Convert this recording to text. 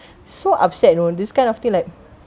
so upset you know this kind of thing like